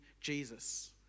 Jesus